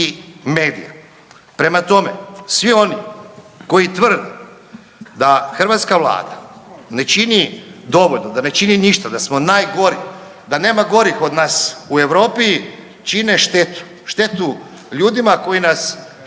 medija. Prema tome, svi oni koji tvrde da hrvatska vlada ne čini dovoljno, da ne čini ništa, da smo najgori, da nema gorih od nas u Europi, čine štetu, štetu ljudima koji nas,